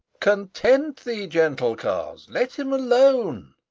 content thee, gentle coz, let him alone,